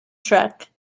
truck